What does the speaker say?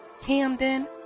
Camden